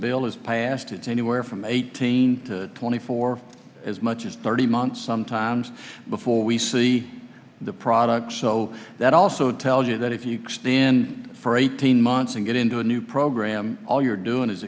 bill is passed it's anywhere from eighteen to twenty four as much as thirty months sometimes before we see the product so that also tell you that if you stand for eighteen months and get into a new program all you're doing